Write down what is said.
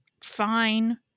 fine